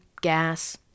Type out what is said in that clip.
gas